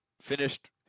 Finished